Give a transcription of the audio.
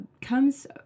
comes